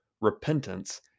repentance